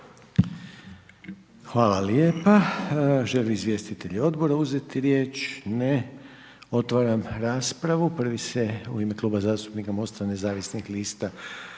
Hvala lijepo. Žele li izvjestitelji Odbora uzeti riječ? Ne. Otvaram raspravu, prvi se u ime kluba Mosta nezavisnih lista